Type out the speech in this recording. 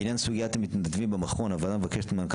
בעניין סוגיית המתנדבים במכון הוועדה מבקשת ממנכ"ל